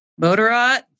Motorot